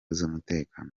z’umutekano